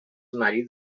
marit